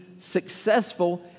successful